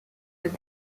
with